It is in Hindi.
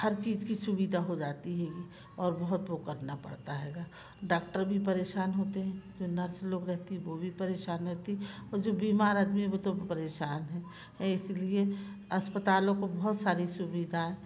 हर चीज़ की सुविधा हो जाती है हैगी और बहुत वो करना पड़ता हैगा डॉक्टर भी परेशान होते हैं फिर नर्स लोग रहती हैं तो वो भी परेशान रहती और जो बीमार आदमी है वो तो परेशान हैं ए इसीलिए अस्पतालों को बहुत सारी सुविधा